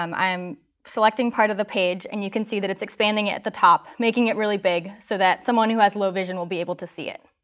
um i'm selecting part of the page, and you can see that it's expanding at the top, making it really big, so that someone who has low vision will be able to see it.